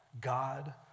God